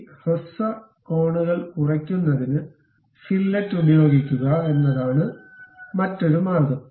ഈ ഹ്രസ്വ കോണുകൾ കുറയ്ക്കുന്നതിന് ഫില്ലറ്റ് ഉപയോഗിക്കുക എന്നതാണ് മറ്റൊരു മാർഗം